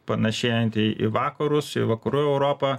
panašėjanti į vakarus į vakarų europą